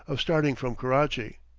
of starting from karachi.